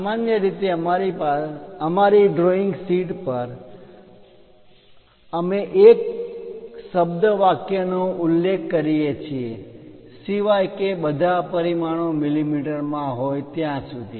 સામાન્ય રીતે અમારી ડ્રોઈંગ શીટ પર અમે એક શબ્દ વાક્ય નો ઉલ્લેખ કરીએ છીએ સિવાય કે બધા પરિમાણો મીમીમાં હોય ત્યાં સુધી